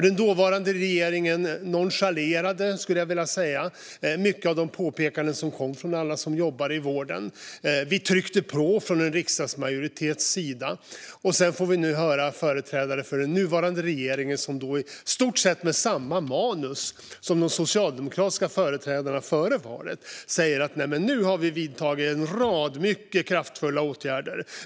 Den dåvarande regeringen nonchalerade, skulle jag vilja säga, mycket av de påpekanden som kom från alla som jobbar i vården. Vi tryckte på från en riksdagsmajoritets sida, och nu får vi höra företrädare för den nuvarande regeringen, med i stort sett samma manus som de socialdemokratiska företrädarna före valet, säga: Nu har vi vidtagit en rad mycket kraftfulla åtgärder.